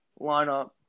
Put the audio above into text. lineup